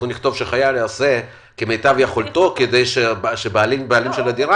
אנחנו נכתוב שהחייל יעשה כמיטב יכולתו כדי שהבעלים של הדירה